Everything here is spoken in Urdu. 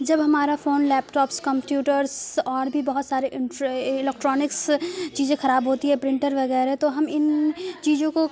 جب ہمارا فون لیپٹاپس کمپیوٹرس اور بھی بہت سارے الیکٹرانکس چیزیں خراب ہوتی ہے پرنٹر وغیرہ تو ہم ان چیزوں کو